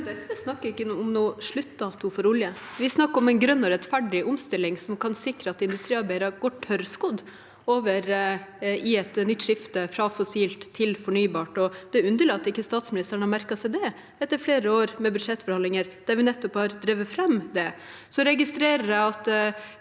SV snakker ikke om noen sluttdato for olje. Vi snakker om en grønn og rettferdig omstilling som kan sikre at industriarbeidere går tørrskodd over i et nytt skifte, fra fossilt til fornybart. Det er underlig at statsministeren ikke har merket seg det, etter flere år med budsjettforhandlinger der vi nettopp har drevet fram det.